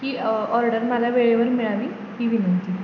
की ऑर्डर मला वेळेवर मिळावी ही विनंती